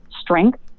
strength